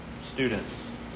students